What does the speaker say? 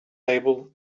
able